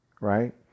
right